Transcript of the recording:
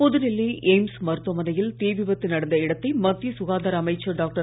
புதுடில்லி AIIMS மருத்துவமனையில் தீ விபத்து நடந்த இடத்தை மத்திய சுகாதார அமைச்சர் டாக்டர்